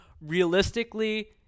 Realistically